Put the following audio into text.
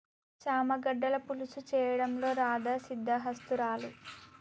చామ గడ్డల పులుసు చేయడంలో రాధా సిద్దహస్తురాలు